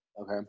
Okay